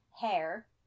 hair